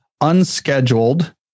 unscheduled